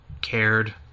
cared